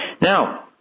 Now